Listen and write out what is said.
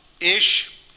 ish